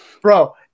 Bro